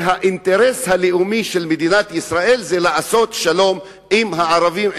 האינטרס הלאומי של מדינת ישראל זה לעשות שלום עם הערבים,